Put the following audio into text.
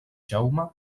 jaume